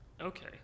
Okay